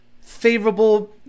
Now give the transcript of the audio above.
favorable